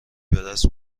بدست